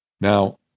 Now